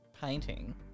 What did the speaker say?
painting